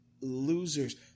losers